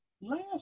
last